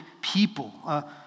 people